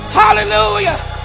hallelujah